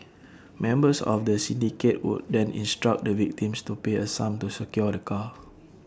members of the syndicate would then instruct the victims to pay A sum to secure the car